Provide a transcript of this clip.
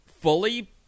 fully